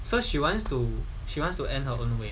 so she wants to she wants to end her own way